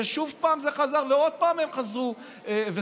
ושוב פעם זה חזר ועוד פעם הן חזרו וסגרו.